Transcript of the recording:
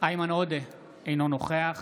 איימן עודה, אינו נוכח